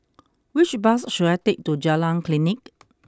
which bus should I take to Jalan Klinik